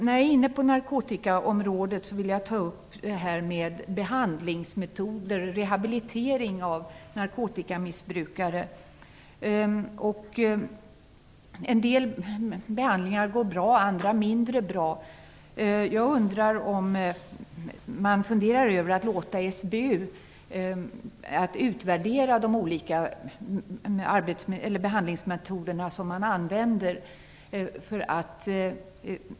I anslutning till narkotikaområdet vill jag ta upp detta med behandlingsmetoder för och rehabilitering av narkotikamissbrukare. En del behandlingar går bra, andra går mindre bra. Jag undrar om man funderar över att låta SBU utvärdera de olika behandlingsmetoderna.